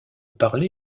parler